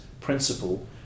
principle